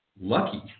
lucky